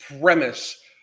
premise